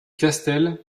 castel